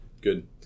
Good